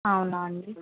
అవునా అండి